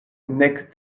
nek